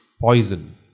poison